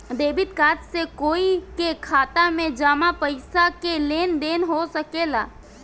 debit card से कोई के खाता में जामा पइसा के लेन देन हो सकेला